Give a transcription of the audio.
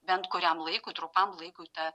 bent kuriam laikui trumpam laikui ta